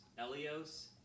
Elios